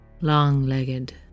long-legged